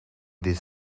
these